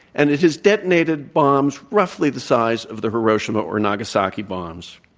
and it has detonated bombs roughly the size of the hiroshima or nagasaki bombs.